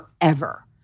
forever